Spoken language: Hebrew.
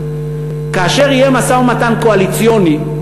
שכאשר יהיה משא-ומתן קואליציוני,